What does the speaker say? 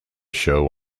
show